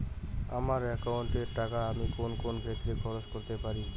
আমার একাউন্ট এর টাকা আমি কোন কোন ক্ষেত্রে খরচ করতে পারি?